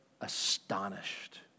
astonished